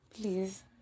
please